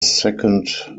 second